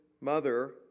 mother